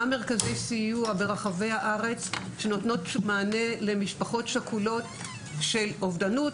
מרכזי סיוע ברחבי הארץ שנותנים מענה למשפחות שכולות של אובדנות,